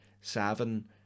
seven